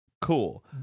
Cool